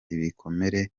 ibikomere